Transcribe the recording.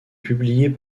publiée